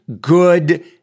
good